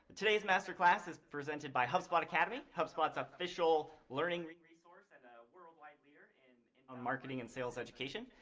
today's master class is presented by hubspot academy, hubspot's official learning resource and a worldwide leader and on marketing and sales education.